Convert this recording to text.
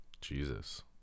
Jesus